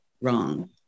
wrong